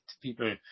people